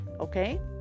Okay